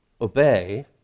obey